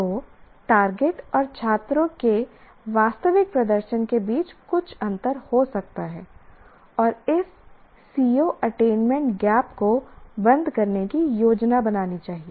तो टारगेट और छात्रों के वास्तविक प्रदर्शन के बीच कुछ अंतर हो सकता है और इस CO अटेनमेंट गैप को बंद करने की योजना बनानी चाहिए